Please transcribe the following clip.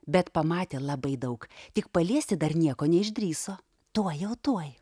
bet pamatė labai daug tik paliesti dar nieko neišdrįso tuoj jau tuoj